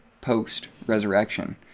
post-resurrection